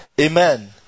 Amen